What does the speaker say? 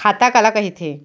खाता काला कहिथे?